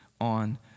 on